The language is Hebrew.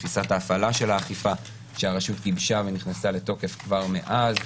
בתפיסת הפעלה של האכיפה שהרשות גיבשה ונכסה לתוקף כבר מאז.